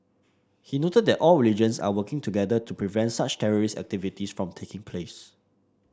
he noted that all religions are working together to prevent such terrorist activities from taking place